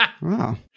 Wow